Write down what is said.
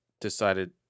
decided